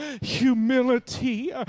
humility